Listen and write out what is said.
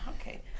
Okay